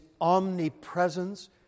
omnipresence